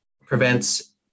prevents